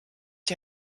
die